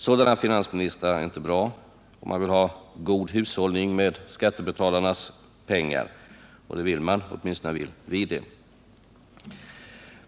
Sådana finansministrar är inte bra, om man vill ha god hushållning med skattebetalarnas pengar. Och det vill man. Åtminstone vi.